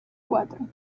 cuatro